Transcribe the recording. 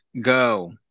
go